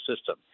system